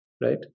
right